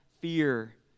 fear